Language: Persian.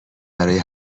برای